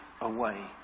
away